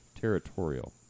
territorial